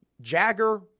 Jagger